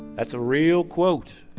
that's a real quote.